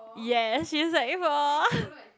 yes she sec four